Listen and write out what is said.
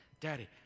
Daddy